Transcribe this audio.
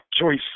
choice